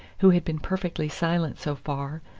who had been perfectly silent so far,